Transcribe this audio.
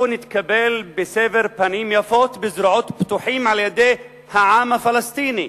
הוא התקבל בסבר פנים יפות ובזרועות פתוחות על-ידי העם הפלסטיני.